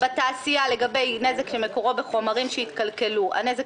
"(ג)בתעשייה לגבי נזק שמקורו בחומרים שהתקלקלו הנזק